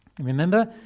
Remember